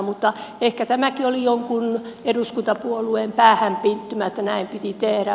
mutta ehkä tämäkin oli jonkun eduskuntapuolueen päähänpinttymä että näin piti tehdä